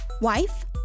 wife